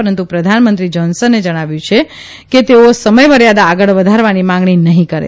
પરંતુ પ્રધાનમંત્રી જાનસને જણાવ્યું છે કે તેઓ સમયમર્યાદા આગળ વધારવાની માંગણી નહીં કરે